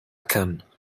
cannes